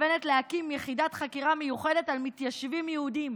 מתכוונת להקים יחידת חקירה מיוחדת על מתיישבים יהודים,